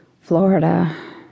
Florida